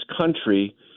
country